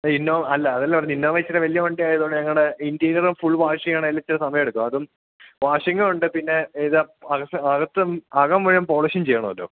Innova അല്ല അതല്ല പറഞ്ഞത് ഇന്നോവ ഇത്തിരി വലിയ വണ്ടിയായതുകൊണ്ട് ഞങ്ങളുടെ ഇൻറ്റീരിയറും ഫുൾ വാഷ് ചെയ്യണമെങ്കില് ഇത്തിരി സമയമെടുക്കും അതും വാഷിങ്ങുമുണ്ട് പിന്നെ ഇത് അകം മുഴുവൻ പോളിഷും ചെയ്യണമല്ലോ